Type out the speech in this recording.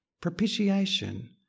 propitiation